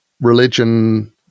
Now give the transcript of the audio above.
religion